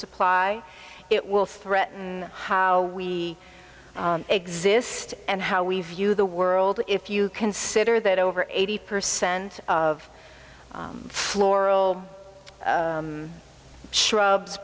supply it will threaten how we exist and how we view the world if you consider that over eighty percent of floral shrubs